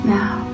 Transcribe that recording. now